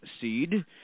seed